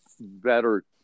better